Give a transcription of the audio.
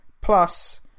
Plus